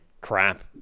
crap